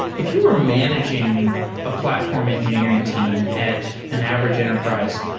if you were managing a platform engineering team at an average enterprise,